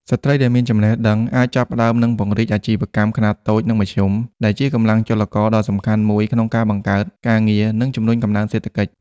ស្ត្រីដែលមានចំណេះដឹងអាចចាប់ផ្តើមនិងពង្រីកអាជីវកម្មខ្នាតតូចនិងមធ្យម ដែលជាកម្លាំងចលករដ៏សំខាន់មួយក្នុងការបង្កើតការងារ និងជំរុញកំណើនសេដ្ឋកិច្ច។